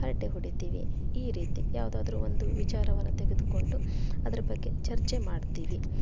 ಹರಟೆ ಹೊಡಿತೀವಿ ಈ ರೀತಿ ಯಾವುದಾದ್ರೂ ಒಂದು ವಿಚಾರವನ್ನು ತೆಗೆದುಕೊಂಡು ಅದರ ಬಗ್ಗೆ ಚರ್ಚೆ ಮಾಡ್ತೀವಿ